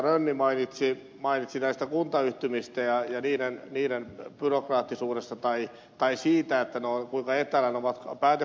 rönni mainitsi näistä kuntayhtymistä ja niiden byrokraattisuudesta tai siitä kuinka etäällä ne ovat päätöksenteosta